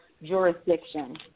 Jurisdiction